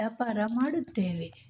ವ್ಯಾಪಾರ ಮಾಡುತ್ತೇವೆ